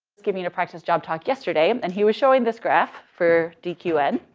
was giving a practice job talk yesterday, and he was showing this graph for dqn,